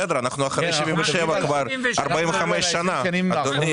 בסדר, אנחנו אחרי 77' כבר 45 שנה, אדוני.